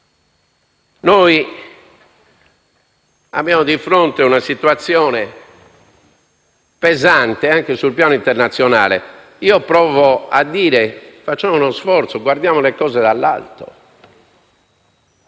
Abbiamo di fronte una situazione pesante anche sul piano internazionale. Io provo a dire: facciamo uno sforzo; guardiamo le cose dall'alto.